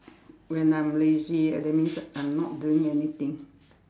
when I'm lazy that means I'm not doing anything